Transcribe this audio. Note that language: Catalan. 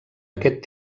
aquest